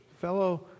fellow